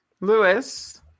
Lewis